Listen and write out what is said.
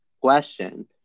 question